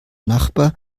nachbar